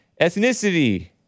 Ethnicity